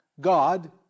God